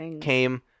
came